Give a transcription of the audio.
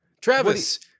travis